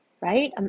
right